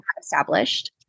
established